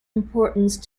importance